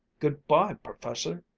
good-by, perfessor!